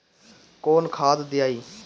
कौन खाद दियई?